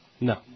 No